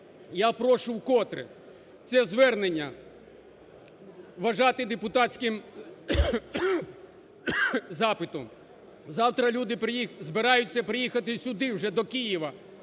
Я прошу вкотре це звернення вважати депутатським запитом. Завтра люди збираються приїхати сюди вже до Києва,